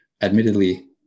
admittedly